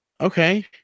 Okay